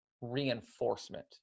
reinforcement